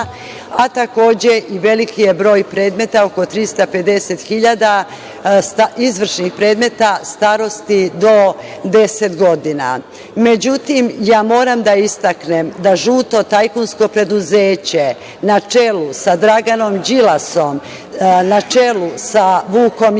a takođe i veliki je broj predmeta od 350 hiljada izvršnih predmeta starosti do 10 godina.Međutim, moram da istaknem da žuto tajkunsko preduzeće na čelu sa Draganom Đilasom, na čelu sa Vukom Jeremićem,